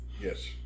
Yes